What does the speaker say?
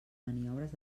maniobres